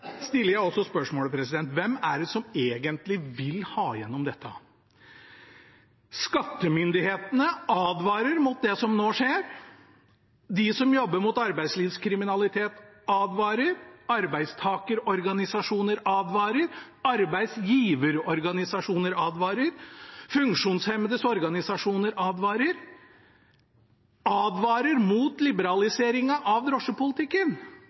Jeg stiller også spørsmålet: Hvem er det som egentlig vil ha igjennom dette? Skattemyndighetene advarer mot det som nå skjer. De som jobber mot arbeidslivskriminalitet, advarer. Arbeidstakerorganisasjoner advarer. Arbeidsgiverorganisasjoner advarer. Funksjonshemmedes organisasjoner advarer. De advarer mot liberaliseringen av drosjepolitikken.